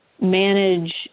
manage